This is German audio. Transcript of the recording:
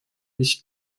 nicht